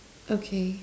okay